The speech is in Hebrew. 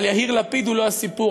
אבל יהיר לפיד הוא לא הסיפור.